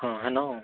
ହଁ ହେନ